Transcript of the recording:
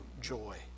joy